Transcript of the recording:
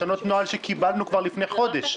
לשנות נוהל שכיבדנו כבר לפני חודש.